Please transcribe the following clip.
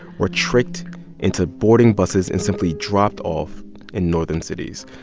were tricked into boarding buses and simply dropped off in northern cities.